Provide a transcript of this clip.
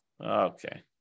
Okay